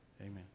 Amen